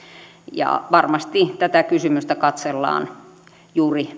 ja varmasti tätä kysymystä katsellaan juuri